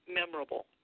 memorable